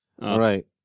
Right